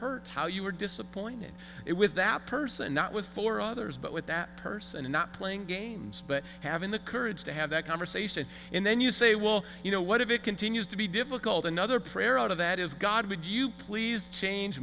hurt how you were disappointed it with that person not with four others but with that person and not playing games but having the courage to have that conversation and then you say well you know what if it continues to be difficult another prayer out of that is god would you please change